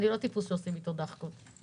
אני לא טיפוס שעושים איתו דאחקות.